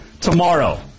Tomorrow